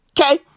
Okay